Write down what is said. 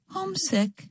Homesick